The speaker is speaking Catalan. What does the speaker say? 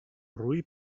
roí